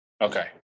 Okay